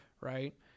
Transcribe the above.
Right